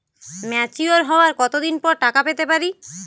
Mature হওয়ার কত দিন পর টাকা পেতে পারি?